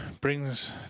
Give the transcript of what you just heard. brings